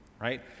right